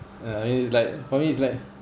uh I mean like for me is like